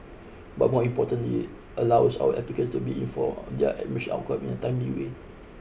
but more importantly allows our applicants to be informed their admission outcome in a timely way